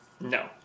No